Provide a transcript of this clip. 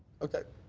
okay.